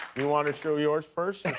you want to show yours first